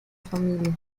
familia